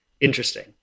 interesting